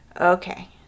Okay